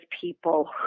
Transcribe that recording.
people